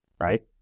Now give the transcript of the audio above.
right